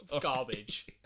Garbage